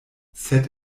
sed